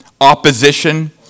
opposition